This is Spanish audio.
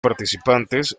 participantes